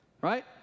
Right